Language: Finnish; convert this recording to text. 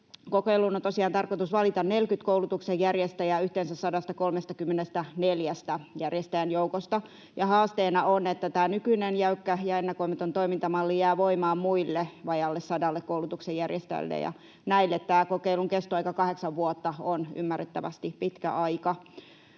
tosiaan tarkoitus valita 40 koulutuksen järjestäjää yhteensä 134:n järjestäjän joukosta, ja haasteena on, että tämä nykyinen jäykkä ja ennakoimaton toimintamalli jää voimaan muille, vajaalle sadalle koulutuksen järjestäjälle, ja näille tämä kokeilun kestoaika, kahdeksan vuotta, on ymmärrettävästi pitkä aika.